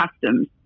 customs